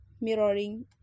mirroring